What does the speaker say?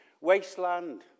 Wasteland